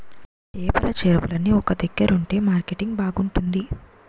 చేపల చెరువులన్నీ ఒక దగ్గరుంతె మార్కెటింగ్ బాగుంతాది